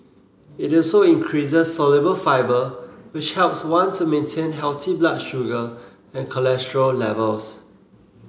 it also increases soluble fibre which helps one to maintain healthy blood sugar and cholesterol levels